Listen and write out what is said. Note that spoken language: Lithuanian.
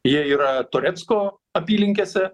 jie yra torecko apylinkėse